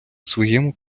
своєму